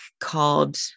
called